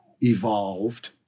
evolved